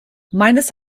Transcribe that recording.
meines